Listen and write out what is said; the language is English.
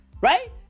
Right